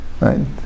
right